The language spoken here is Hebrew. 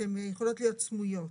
שיכולות להיות סמויות,